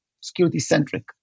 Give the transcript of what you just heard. security-centric